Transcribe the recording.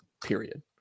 Period